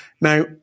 Now